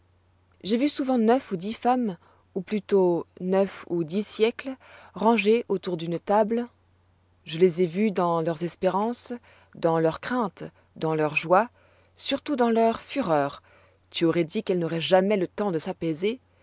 j'ai vu souvent neuf ou dix femmes ou plutôt neuf ou dix siècles rangées autour d'une table je les ai vues dans leurs espérances dans leurs craintes dans leurs joies surtout dans leurs fureurs tu aurois dit qu'elles n'auroient jamais le temps de s'apaiser